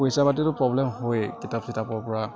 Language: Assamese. পইচা পাতিৰতো প্ৰব্লেম হৈয়েই কিতাপ চিতাপৰপৰা